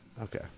Okay